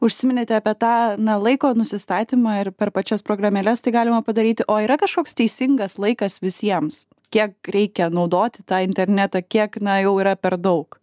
užsiminėte apie tą na laiko nusistatymą ir per pačias programėles galima padaryti o yra kažkoks teisingas laikas visiems kiek reikia naudoti tą internetą kiek na jau yra per daug